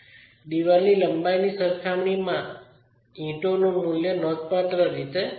દિવાલની લંબાઈની સરખામણીમાં ઇટાનું મૂલ્ય નોંધપાત્ર રીતે નાનું છે